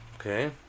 Okay